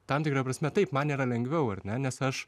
tam tikra prasme taip man yra lengviau ar ne nes aš